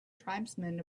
tribesmen